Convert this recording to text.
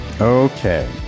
Okay